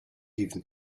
even